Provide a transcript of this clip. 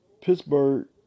Pittsburgh